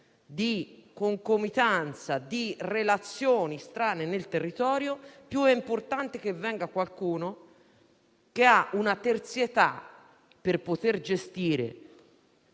di concomitanza e di relazioni strane nel territorio, più è importante che venga qualcuno che ha una terzietà per poter gestire